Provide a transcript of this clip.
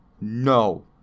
no